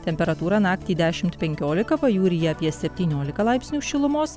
temperatūra naktį dešimt penkiolika pajūryje apie septyniolika laipsnių šilumos